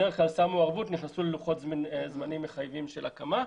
בדרך כלל שמו ערבות ונכנסו ללוחות זמנים מחייבים של הקמה.